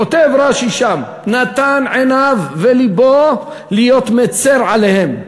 כותב רש"י שם: נתן עיניו ולבו להיות מצר עליהם,